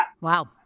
Wow